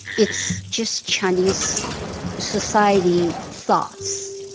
it's just chinese society thoughts.